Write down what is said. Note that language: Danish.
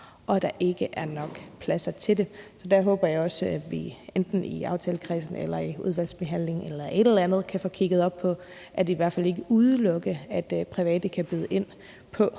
og der ikke er nok pladser til det. Så der håber jeg også, at vi enten i aftalekredsen eller i udvalgsbehandlingen kan få kigget på i hvert fald ikke at udelukke, at private kan byde ind på